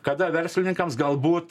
kada verslininkams galbūt